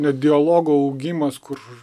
net dialogo augimas kur